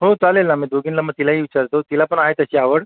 हो चालेल ना मी दोघींना मग तिलाही विचारतो तिला पण आहे त्याची आवड